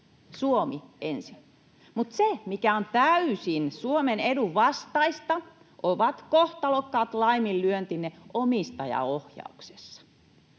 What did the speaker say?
Suomi ensin. Mutta täysin Suomen edun vastaista ovat kohtalokkaat laiminlyöntinne omistajaohjauksessa.